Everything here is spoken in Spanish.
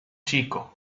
chico